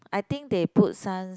I think they put some